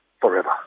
forever